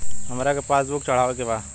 हमरा के पास बुक चढ़ावे के बा?